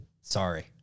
sorry